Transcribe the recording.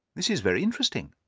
this is very interesting.